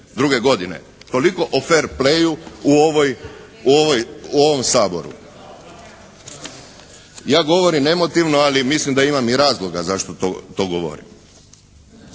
Toliko o fer playu u ovom Saboru. Ja govorim emotivno, ali mislim da imam i razloga zašto to govorim.